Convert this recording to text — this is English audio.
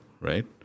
right